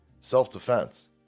self-defense